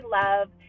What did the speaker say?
love